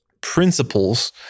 principles